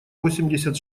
восемьдесят